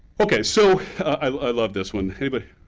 okay, so i love this one. anybody,